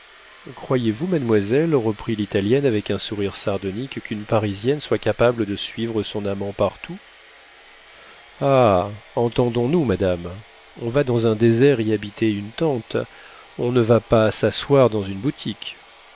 croyez-vous mademoiselle reprit l'italienne avec un sourire sardonique qu'une parisienne soit capable de suivre son amant partout ah entendons-nous madame on va dans un désert y habiter une tente on ne va pas s'asseoir dans une boutique